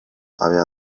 aveva